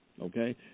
okay